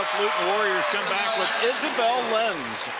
the warriors come back with isabelle lenz